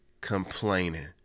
complaining